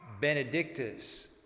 Benedictus